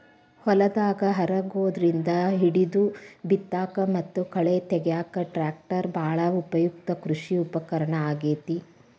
ಹೊಲದಾಗ ಹರಗೋದ್ರಿಂದ ಹಿಡಿದು ಬಿತ್ತಾಕ ಮತ್ತ ಕಳೆ ತಗ್ಯಾಕ ಟ್ರ್ಯಾಕ್ಟರ್ ಬಾಳ ಉಪಯುಕ್ತ ಕೃಷಿ ಉಪಕರಣ ಆಗೇತಿ